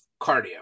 cardio